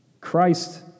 Christ